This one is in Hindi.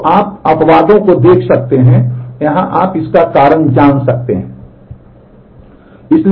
तो आप अपवादों को देख सकते हैं यहां आप इसका कारण जान सकते हैं